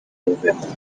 november